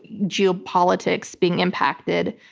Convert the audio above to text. geopolitics being impacted,